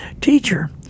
teacher